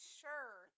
sure